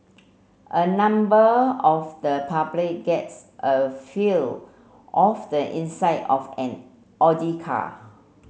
a number of the public gets a feel of the inside of an Audi car